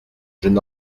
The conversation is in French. jeune